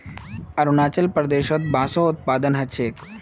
अरुणाचल प्रदेशत बांसेर उत्पादन ह छेक